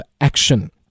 action